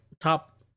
top